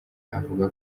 avuga